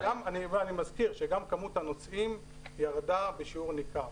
אני מזכיר שגם מספר הנוסעים ירדה בשיעור ניכר.